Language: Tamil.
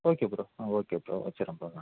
ஓகே ப்ரோ ஆ ஓகே ப்ரோ வச்சிடுறேன் ப்ரோ நான்